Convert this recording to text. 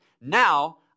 Now